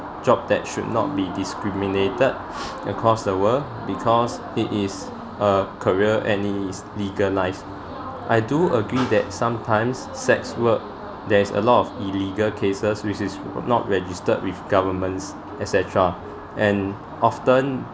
job that should not be discriminated across the world because it is a career and it is legalised I do agree that sometimes sex work there's a lot of illegal cases which is not registered with governments et cetera and often